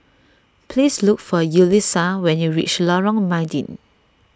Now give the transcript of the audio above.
please look for Yulissa when you reach Lorong Mydin